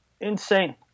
Insane